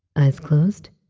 eyes closed.